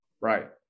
right